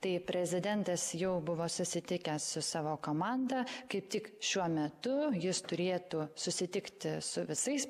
tai prezidentas jau buvo susitikęs su savo komanda kaip tik šiuo metu jis turėtų susitikti su visais